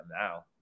now